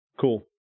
Cool